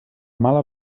mala